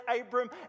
Abram